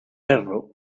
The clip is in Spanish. perro